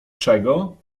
czego